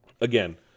Again